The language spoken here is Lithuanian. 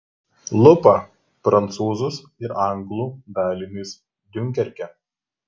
lupa prancūzus ir anglų dalinius diunkerke